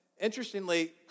Interestingly